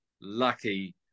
lucky